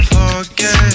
forget